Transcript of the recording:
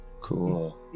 Cool